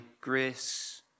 grace